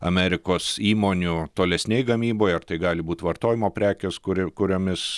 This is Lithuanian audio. amerikos įmonių tolesnėj gamyboj ar tai gali būt vartojimo prekės kuri kuriomis